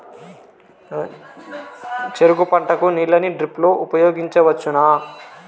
చెరుకు పంట కు నీళ్ళని డ్రిప్ లో ఉపయోగించువచ్చునా?